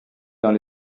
dans